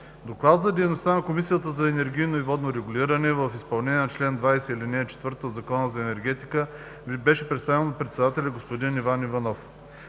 Докладът за дейността на Комисията за енергийно и водно регулиране в изпълнение на чл. 20, ал. 4 от Закона за енергетиката беше представен от председателя господин Иван Иванов.